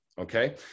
okay